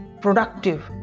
productive